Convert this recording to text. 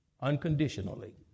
unconditionally